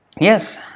Yes